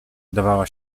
dawała